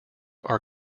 are